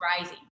rising